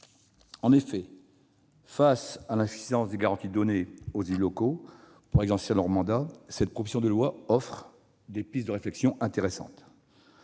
En effet, face à l'insuffisance des garanties données aux élus locaux pour exercer leur mandat, cette proposition de loi offre des pistes intéressantes